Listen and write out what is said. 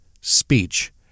speech